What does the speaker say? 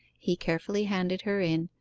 he carefully handed her in,